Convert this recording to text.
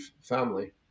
family